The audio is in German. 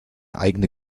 eigene